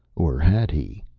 or had he?